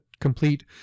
complete